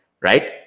right